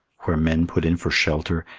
where men put in for shelter,